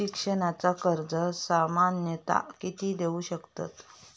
शिक्षणाचा कर्ज सामन्यता किती देऊ शकतत?